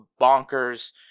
bonkers